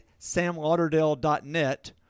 samlauderdale.net